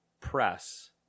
press